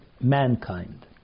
mankind